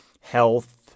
health